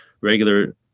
regular